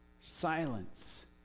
Silence